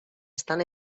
estan